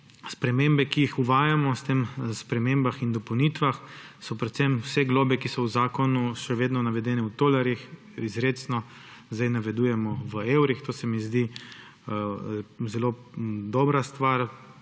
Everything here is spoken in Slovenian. spremembe, ki jih uvajamo s temi spremembami in dopolnitvami, so predvsem vse globe, ki so v zakonu še vedno navedene v tolarjih, izrecno zdaj navajamo v evrih. To se mi zdi zelo dobra stvar,